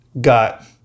got